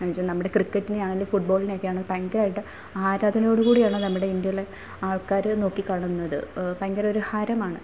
എന്ന് വെച്ചാൽ നമ്മുടെ ക്രിക്കറ്റിനെയാണെങ്കിലും ഫുട് ബോളിനെയൊക്കെ ആണേ ഭയങ്കരമായിട്ട് ആരാധനയോട് കൂടിയാണ് നമ്മുടെ ഇന്ത്യയിലെ ആൾക്കാർ നോക്കി കാണുന്നത് ഭയങ്കര ഒരു ഹരമാണ്